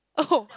oh